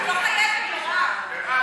את לא חייבת, מירב.